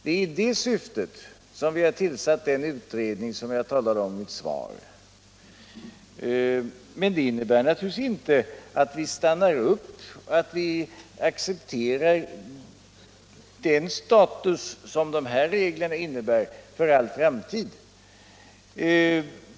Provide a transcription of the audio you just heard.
Det är i det syftet vi har tillsatt den utredning som jag talat om i mitt svar. Men det innebär naturligtvis inte att vi stannar upp och att vi för all framtid accepterar det status som de nuvarande reglerna innebär.